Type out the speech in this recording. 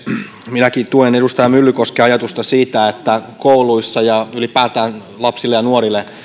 minäkin tuen edustaja myllykosken ajatusta siitä että kouluissa ja ylipäätään lapsille ja nuorille